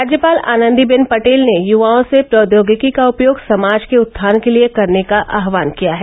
राज्यपाल आनंदीबेन पटेल ने युवाओं से प्रौद्योगिकी का उपयोग समाज के उत्थान के लिए करने का आहवान किया है